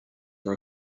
for